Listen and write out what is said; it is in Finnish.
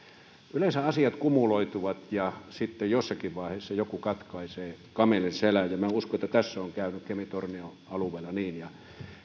yleensä asiat kumuloituvat ja sitten jossakin vaiheessa joku katkaisee kamelin selän minä uskon että tässä on käynyt kemi tornion alueella niin